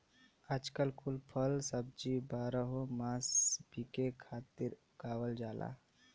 आजकल कुल फल सब्जी बारहो मास बिके खातिर उगावल जाला